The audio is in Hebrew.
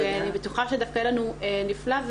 ואני בטוחה שיהיה לנו נפלא,